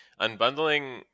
unbundling